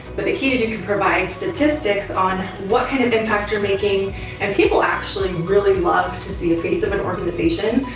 but the key is, you can provide statistics on what kind of and impact you're making and people actually really love to see a face of an organization,